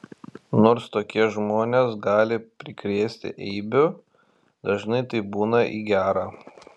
nors tokie žmonės gali prikrėsti eibių dažnai tai būna į gera